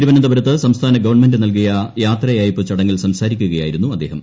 തിരുവനന്തപുരത്ത് സംസ്ഥാന ഗവൺമെന്റ് നൽകിയ യാത്രയയപ്പ് ചടങ്ങിൽ സംസാരിക്കുകയായിരുന്നു അദ്ദേഹം